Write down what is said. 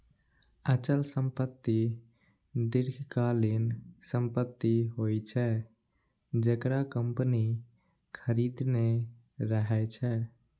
अचल संपत्ति दीर्घकालीन संपत्ति होइ छै, जेकरा कंपनी खरीदने रहै छै